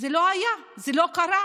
זה לא היה, זה לא קרה,